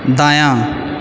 दायाँ